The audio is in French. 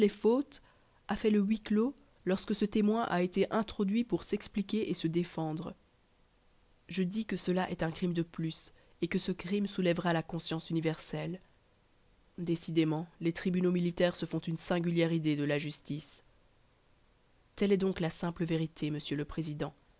fautes a fait le huis clos lorsque ce témoin a été introduit pour s'expliquer et se défendre je dis que ceci est un crime de plus et que ce crime soulèvera la conscience universelle décidément les tribunaux militaires se font une singulière idée de la justice telle est donc la simple vérité monsieur le président